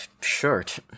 shirt